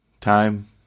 time